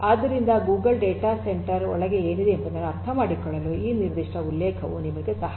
ಆದ್ದರಿಂದ Google data centre ಒಳಗೆ ಏನಿದೆ ಎಂಬುದನ್ನು ಅರ್ಥಮಾಡಿಕೊಳ್ಳಲು ಈ ನಿರ್ದಿಷ್ಟ ಉಲ್ಲೇಖವು ನಿಮಗೆ ಸಹಾಯ ಮಾಡುತ್ತದೆ